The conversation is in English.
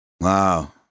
wow